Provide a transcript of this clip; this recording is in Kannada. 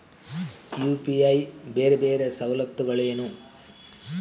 ಯು.ಪಿ.ಐ ಬೇರೆ ಬೇರೆ ಸವಲತ್ತುಗಳೇನು?